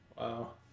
Wow